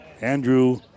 Andrew